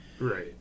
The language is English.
Right